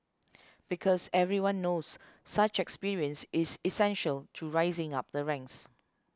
because everyone knows such experience is essential to rising up the ranks